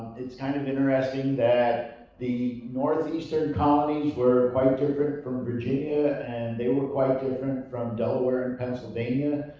it's kind of interesting that the northeastern colonies were quite different from virginia, and they were quite different from delaware and pennsylvania.